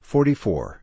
Forty-four